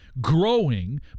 growing